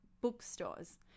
bookstores